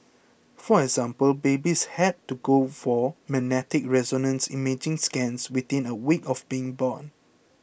for example babies had to go for magnetic resonance imaging scans within a week of being born